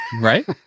Right